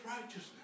righteousness